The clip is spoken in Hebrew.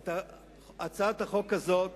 את הצעת החוק הזאת